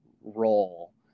role